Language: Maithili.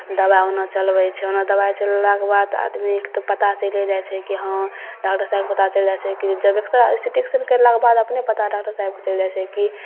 दवा ओना चलबय छै ओना दवाइ चलेलाके बाद आदमी एक तऽ पता चलि जाइ छै कि हाँ डॉक्टर साहेबके पता चलि जाइ छै कि जब एक्सरे सी टी स्कैन करेलाके बाद अपने पता डॉक्टर साहेबके चलि जाइ छै कि